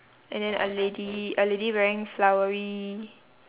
and then a lady a lady wearing flowery